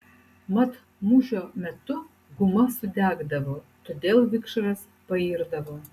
mat mūšio metu guma sudegdavo todėl vikšras pairdavo